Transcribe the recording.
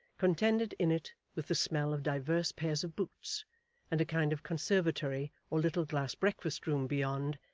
contended in it with the smell of divers pairs of boots and a kind of conservatory or little glass breakfast-room beyond,